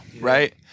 right